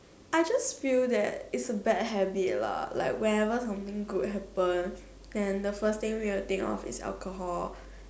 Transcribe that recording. I just feel that it's a bad habit lah whenever something good happens then the first thing we'll think of is alcohol